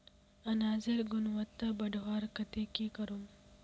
अनाजेर गुणवत्ता बढ़वार केते की करूम?